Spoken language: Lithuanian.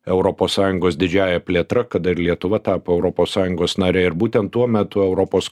europos sąjungos didžiąja plėtra kada ir lietuva tapo europos sąjungos nare ir būtent tuo metu europos